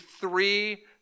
three